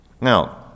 Now